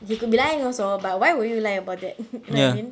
you could be lying also but why would you lie about that you know what I mean